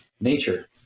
nature